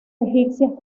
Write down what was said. egipcias